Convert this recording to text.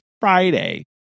Friday